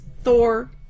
Thor